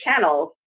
channels